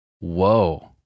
Whoa